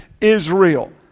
Israel